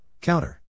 Counter